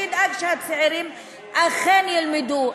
שידאג שהצעירים אכן ילמדו.